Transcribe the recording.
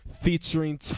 featuring